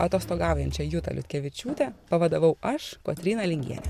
atostogaujančią jutą liutkevičiūtę pavadavau aš kotryna lingienė